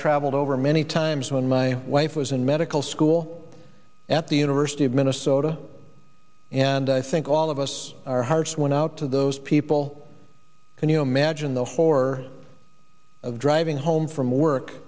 traveled over many times when my i wife was in medical school at the university of minnesota and i think all of us our hearts went out to those people can you imagine the horror of driving home from work